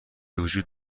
وجود